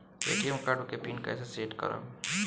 ATM card के pin कैसे set करम?